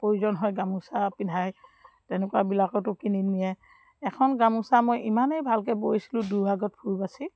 প্ৰয়োজন হয় গামোচা পিন্ধায় তেনেকুৱাবিলাকতো কিনি নিয়ে এখন গামোচা মই ইমানেই ভালকৈ বৈছিলোঁ দুভাগত ফুল বাচি